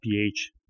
pH